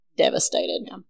devastated